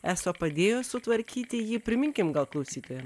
esą padėjo sutvarkyti jį priminkim gal klausytojam